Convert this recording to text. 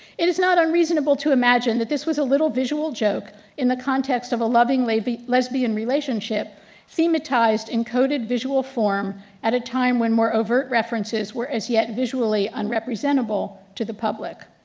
it is not unreasonable to imagine that this was a little visual joke in the context of a loving like lesbian relationship themeatized encoded visual form at a time when more overt references were as yet visually unrepresentable to the public.